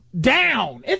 down